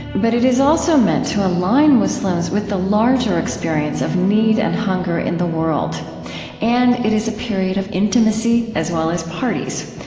but it is also meant to align muslims with the larger experience of need and hunger in the world and it is a period of intimacy as well as parties.